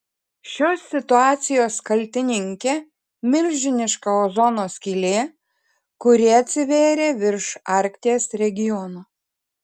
šios situacijos kaltininkė milžiniška ozono skylė kuri atsivėrė virš arkties regiono